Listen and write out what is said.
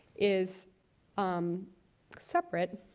is um separate,